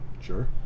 Sure